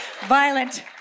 Violent